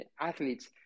athletes